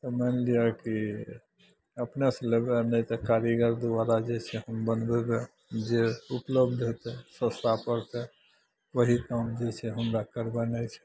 तऽ मानि लिअऽ कि अपनेँसे लेबै नहि तऽ कारीगर द्वारा जे छै जे हम बनबेबै जे उपलब्ध हेतै सस्ता पड़तै वएह काम जे छै हमरा करबेनाइ छै